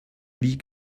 wie